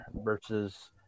versus